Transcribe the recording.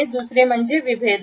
दुसरे म्हणजे विभेदक